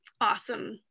awesome